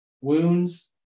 wounds